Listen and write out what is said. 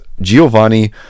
Giovanni